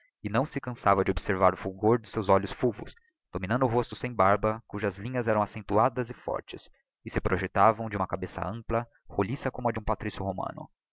e não se cançava de observar o fulgor de seus olhos fulvos dominando o rosto sem barba cujas linhas eram accentuadas e fortes e se projectavam de uma cabeça ampla roliça como a de um patrício romano